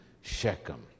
Shechem